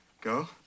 Go